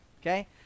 Okay